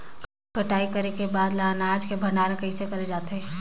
कटाई करे के बाद ल अनाज के भंडारण किसे करे जाथे?